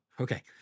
Okay